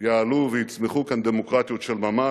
שיעלו ויצמחו כאן דמוקרטיות של ממש,